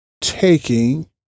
taking